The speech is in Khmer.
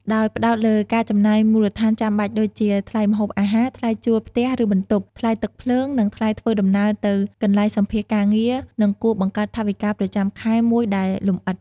ដោយផ្ដោតលើការចំណាយមូលដ្ឋានចាំបាច់ដូចជា ថ្លៃម្ហូបអាហារ ថ្លៃជួលផ្ទះឬបន្ទប់ ថ្លៃទឹកភ្លើង និងថ្លៃធ្វើដំណើរទៅកន្លែងសំភាសន៍ការងារ និងគួរបង្កើតថវិកាប្រចាំខែមួយដែលលម្អិត។